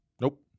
Nope